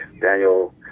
Daniel